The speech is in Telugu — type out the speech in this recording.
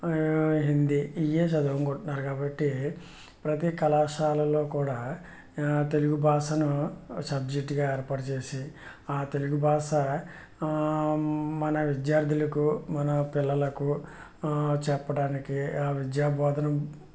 హిందీ ఇవే చదువుకున్నారు కాబట్టి ప్రతి కళాశాలలో కూడా తెలుగు భాషను సబ్జెక్టుగా ఏర్పాటు చేసి ఆ తెలుగు భాష మన విద్యార్థులకు మన పిల్లలకు చెప్పడానికి ఆ విద్యా బోధను